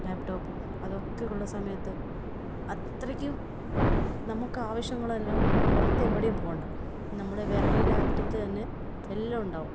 ലാപ് ടോപ്പും അതൊക്കെയുള്ള സമയത്ത് അത്രയ്ക്കും നമുക്ക് ആവശ്യങ്ങളെല്ലാം പുറത്ത് എവിടെയും പോകേണ്ട നമ്മളുടെ വിരലിന്റെ അറ്റത്ത് തന്നെ എല്ലാം ഉണ്ടാകും